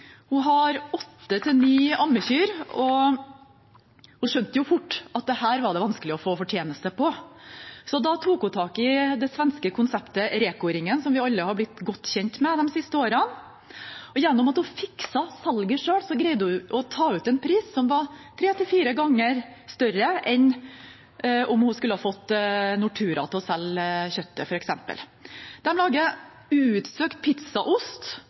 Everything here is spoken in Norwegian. Hun har åtte–ni ammekyr, og hun skjønte fort at dette var det vanskelig å få fortjeneste på. Da tok hun tak i det svenske konseptet REKO-ringen, som vi alle har blitt godt kjent med de siste årene. Gjennom at hun fikset salget selv, greide hun å ta ut en pris som var tre–fire ganger høyere enn om hun skulle fått Nortura til å selge kjøttet, f.eks. De lager utsøkt